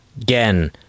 Again